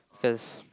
cause